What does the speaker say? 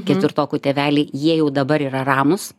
ketvirtokų tėveliai jie jau dabar yra ramūs